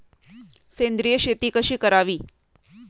सेंद्रिय शेती कशी करावी?